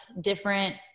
different